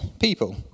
people